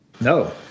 no